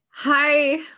Hi